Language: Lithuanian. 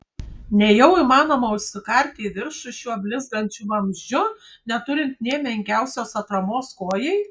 nejau įmanoma užsikarti į viršų šiuo blizgančiu vamzdžiu neturint nė menkiausios atramos kojai